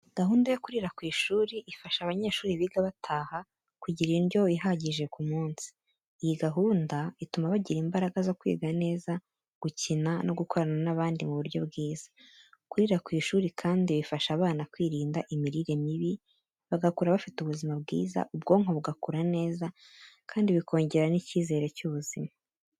Gahunda yo kurira ku ishuri ifasha abanyeshuri biga bataha kugira indyo ihagije ku munsi. Iyi gahunda ituma bagira imbaraga zo kwiga neza, gukina no gukorana n’abandi mu buryo bwiza. Kurira ku ishuri kandi bifasha abana kwirinda imirire mibi, bagakura bafite ubuzima bwiza, ubwonko bugakura neza, kandi bikongera n’icyizere cy’ubuzima.